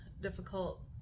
difficult